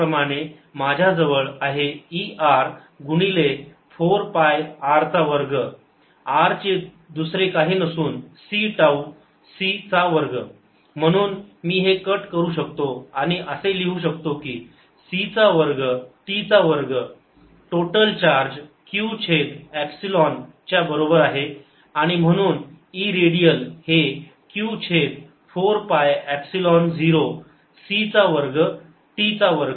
Gauss प्रमाणे माझ्याजवळ आहे E r गुणिले 4 पाय r चा वर्ग r दुसरे काही नसून c टाऊ c चा वर्ग म्हणून मी हे कट करू शकतो आणि असे लिहू शकतो की c चा वर्ग t चा वर्ग टोटल चार्ज q छेद एप्सिलॉन च्या बरोबर आहे आणि म्हणून E रेडियल हे q छेद 4 पाय एप्सिलॉन 0 c चा वर्ग t चा वर्ग